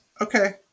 okay